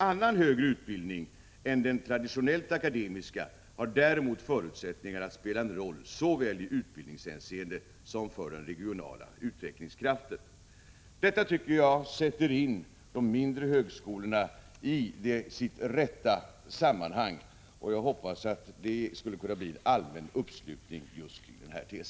Annan högre utbildning än den traditionellt akademiska har däremot förutsättningar att spela en roll såväl i utbildningshänseende som för den regionala utvecklingskraften.” Detta tycker jag sätter in de mindre högskolorna i deras rätta sammanhang. Jag hoppas att det skall kunna bli en allmän uppslutning kring denna tes.